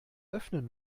öffnen